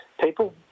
people